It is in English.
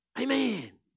Amen